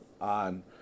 on